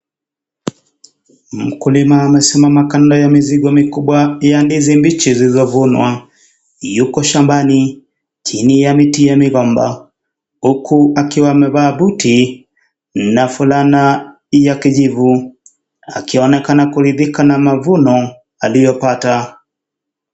Mkulima anasimama kando ya mizigo mikubwa ya ndizi mbichi zisizofunwa. Yuko shambani chini ya mti ya mivamba huku akiwa amevaa buti na fulana ya kijivu. Akionekana kuridhika na mavuno aliyopata.